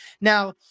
Now-